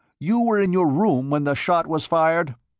you were in your room when the shot was fired?